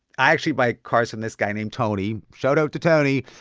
i actually buy cars from this guy named tony. shout-out to tony.